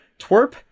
Twerp